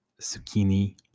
zucchini